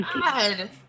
God